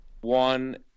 one